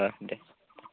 औ दे